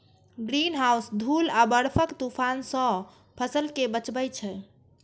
greenhouse धूल आ बर्फक तूफान सं फसल कें बचबै छै